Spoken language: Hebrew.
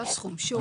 לא סכום, שיעור.